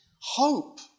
hope